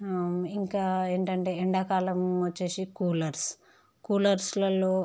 ఇంకా ఏంటంటే ఎండాకాలం వచ్చి కూలర్స్ కూలర్స్లలో